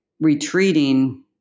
retreating